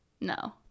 No